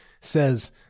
Says